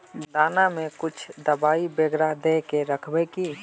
दाना में कुछ दबाई बेगरा दय के राखबे की?